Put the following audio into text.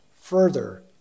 further